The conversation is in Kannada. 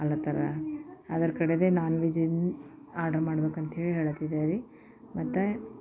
ಅನ್ನುತಾರ ಅದರ ಕಡೆ ನಾನ್ ವೆಜ್ ಆರ್ಡರ್ ಮಾಡ್ಬೇಕಂತ ಹೇಳಿ ಹೇಳತ್ತಿದ್ದೆರೀ